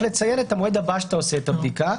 לציין את המועד הבא שאתה עושה את הבדיקה,